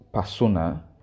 persona